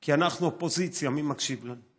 כי אנחנו אופוזיציה, מי מקשיב לנו?